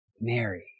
Mary